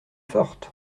forte